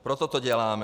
Proto to děláme.